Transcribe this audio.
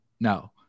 No